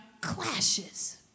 clashes